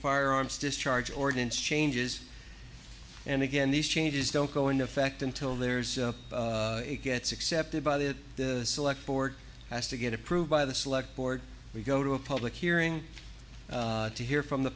firearms discharge ordinance changes and again these changes don't go into effect until there's it gets accepted by the select board has to get approved by the select board we go to a public hearing to hear from the